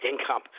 income